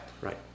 Right